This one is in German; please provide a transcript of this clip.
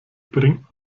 bringt